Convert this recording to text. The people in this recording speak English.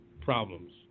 problems